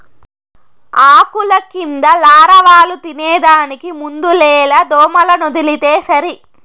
ఆకుల కింద లారవాలు తినేదానికి మందులేల దోమలనొదిలితే సరి